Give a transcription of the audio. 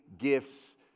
Gifts